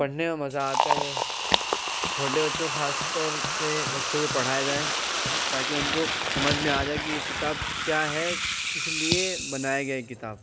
پڑھنے میں مزہ آتا ہے وہ چھوٹے بچوں کو خاص طور سے بچوں کو پڑھایا جائے تاکہ ان کو سمجھ میں آ جائے کہ یہ کتاب کیا ہے کس لیے بنایا گیا ہے یہ کتاب